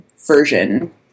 version